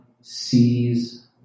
sees